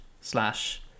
slash